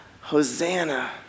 Hosanna